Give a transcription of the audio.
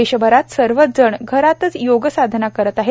देशभरात सर्वचजण घरातच योग साधना करत आहेत